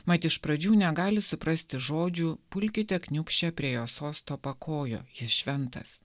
mat iš pradžių negali suprasti žodžių pulkite kniūbsčia prie jo sosto pakojo jis šventas